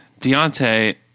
Deontay